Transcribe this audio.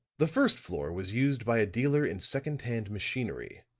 the first floor was used by a dealer in second-hand machinery,